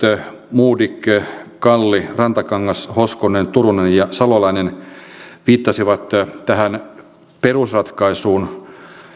modig kalli rantakangas hoskonen turunen ja salolainen viittasivat tähän perusratkaisuun